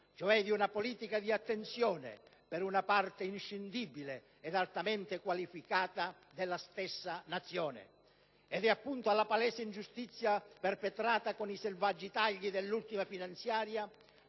cioè di una politica di attenzione per una parte inscindibile ed altamente qualificata della stessa Nazione. Ed è appunto alla palese ingiustizia, perpetrata con i selvaggi tagli dell'ultima finanziaria